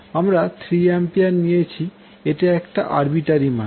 আমরা 3A নিয়েছি এটা একটা আরবিটারি মান